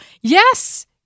Yes